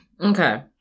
Okay